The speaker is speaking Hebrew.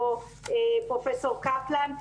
או פרופ' קפלן.